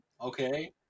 okay